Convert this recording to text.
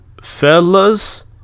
fellas